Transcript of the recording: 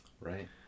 Right